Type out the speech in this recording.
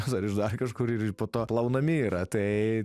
ar ir iš dar kažkur ir ir po to plaunami yra tai